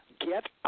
Get